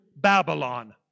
Babylon